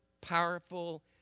powerful